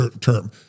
term